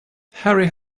harry